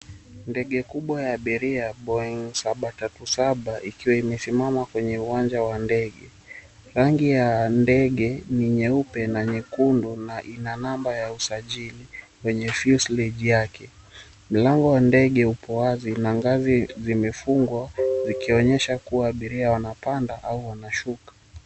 Ndege kubwa ya abiria Boeing 737 ikiwa imesimama kwenye uwanja wa ndege. Rangi ya ndege ni nyeupe na nyekundu na ina namba ya usajili kwenye fuselage yake. Mlango wa ndege upo wazi na ngazi zimefungwa zikionyesha kuwa abiria wanapanda au wanashuka.